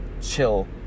chill